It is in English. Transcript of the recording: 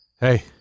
Hey